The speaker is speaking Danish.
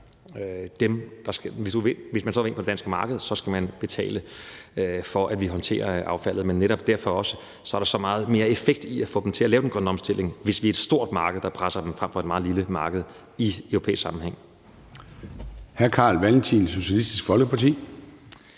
hvis man vil ind på det danske marked, skal man betale for, at vi håndterer affaldet. Men netop derfor er der også så meget mere effekt i at få dem til at lave den grønne omstilling, hvis vi er et stort marked, der presser dem, fremfor et meget lille marked i europæisk sammenhæng.